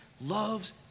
loves